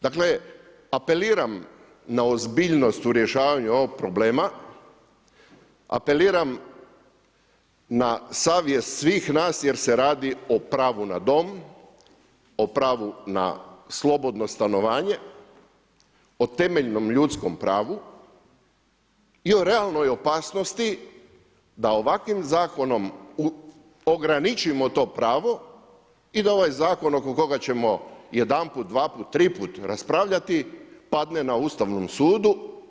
Dakle, apeliram na ozbiljnost u rješavanju ovog problema, apeliram na savjet svih nas jer se radi o pravu na dom, o pravu na slobodno stanovanje, o temeljnom ljudskom pravu i o realnoj opasnosti da ovakvim Zakonom ograničimo to pravo i da ovaj Zakon oko kojeg ćemo jedanput, dvaput, triput raspravljati padne na Ustavnom sudu.